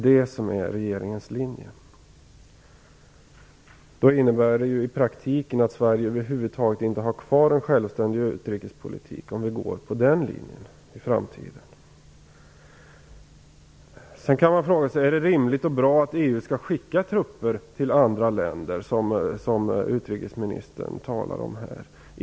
Det innebär i praktiken att Sverige över huvud taget inte har kvar en självständig utrikespolitik i framtiden om vi går på den linjen. Sedan kan man fråga sig om det är rimligt och bra att EU skall skicka trupper till andra länder, som utrikesministern här talar om.